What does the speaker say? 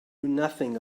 nothing